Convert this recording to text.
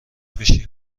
بشی